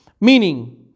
Meaning